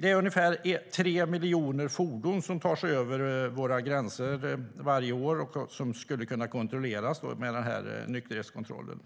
Det är ungefär 3 miljoner fordon som tar sig över våra gränser varje år och som skulle kunna kontrolleras med denna nykterhetskontroll.